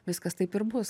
viskas taip ir bus